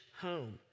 home